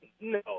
No